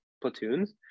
platoons